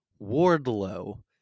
Wardlow